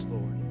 Lord